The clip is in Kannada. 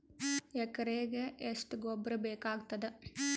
ಎಕರೆಗ ಎಷ್ಟು ಗೊಬ್ಬರ ಬೇಕಾಗತಾದ?